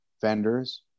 vendors